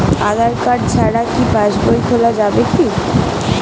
আধার card ছাড়া কি পাসবই খোলা যাবে কি?